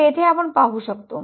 तर येथे आपण पाहू शकतो